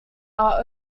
are